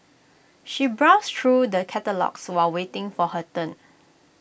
she browsed through the catalogues while waiting for her turn